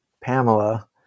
Pamela